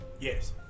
Yes